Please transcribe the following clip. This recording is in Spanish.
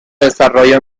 desarrollo